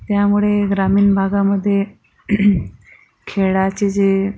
त्यामुळे ग्रामीण भागामधे खेळाचे जे